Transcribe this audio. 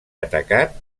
atacat